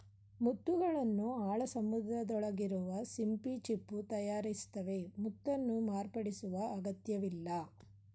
ಮುತ್ತುಗಳನ್ನು ಆಳ ಸಮುದ್ರದೊಳಗಿರುವ ಸಿಂಪಿ ಚಿಪ್ಪು ತಯಾರಿಸ್ತವೆ ಮುತ್ತನ್ನು ಮಾರ್ಪಡಿಸುವ ಅಗತ್ಯವಿಲ್ಲ